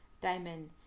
Diamond